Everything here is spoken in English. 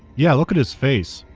yeah, look at his face.